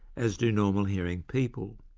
as do normal hearing people.